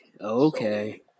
Okay